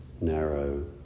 narrow